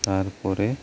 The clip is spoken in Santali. ᱛᱟᱨᱯᱚᱨᱮ